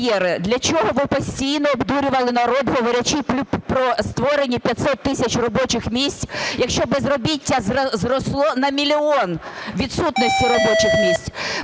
для чого ви постійно обдурювали народ, говорячи про створення 500 тисяч робочих місць, якщо безробіття зросло на мільйон відсутності робочих місць?